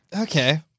Okay